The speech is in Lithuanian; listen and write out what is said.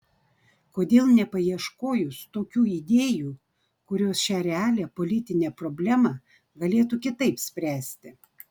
kodėl nepaieškojus tokių idėjų kurios šią realią politinę problemą galėtų kitaip spręsti